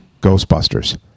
Ghostbusters